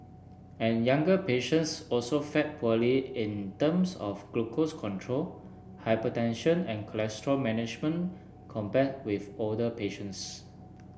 and younger patients also fared poorly in terms of glucose control hypertension and cholesterol management compared with older patients